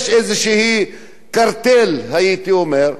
יש איזה קרטל, הייתי אומר,